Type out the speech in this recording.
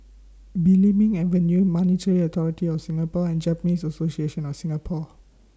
Belimbing Avenue Monetary Authority of Singapore and Japanese Association of Singapore